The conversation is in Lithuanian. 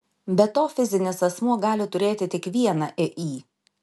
be to fizinis asmuo gali turėti tik vieną iį